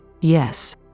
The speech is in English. Yes